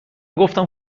گفتم